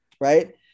Right